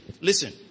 listen